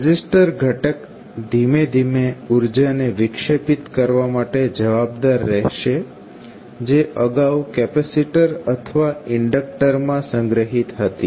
resistor ઘટક ધીમે ધીમે ઉર્જાને વિક્ષેપિત કરવા માટે જવાબદાર રહેશે જે અગાઉ કેપેસીટર અથવા ઇન્ડક્ટરમાં સંગ્રહિત હતી